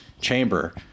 chamber